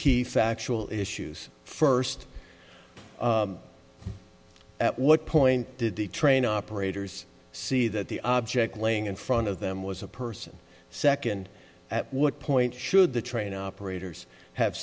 keep factual issues first at what point did the train operators see that the object laying in front of them was a person second at what point should the train operators have